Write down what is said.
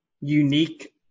unique